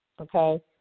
Okay